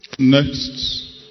Next